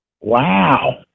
Wow